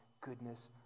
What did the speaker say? goodness